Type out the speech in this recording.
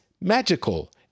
magical